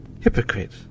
Hypocrite